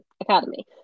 Academy